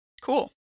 Cool